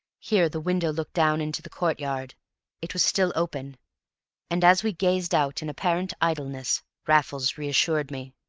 here the window looked down into the courtyard it was still open and as we gazed out in apparent idleness, raffles reassured me.